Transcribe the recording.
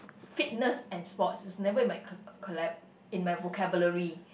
fitness and sports it's never in my ca~ calob~ in my vocabulary